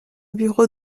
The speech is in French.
bureau